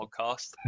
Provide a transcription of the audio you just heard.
Podcast